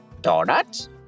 donuts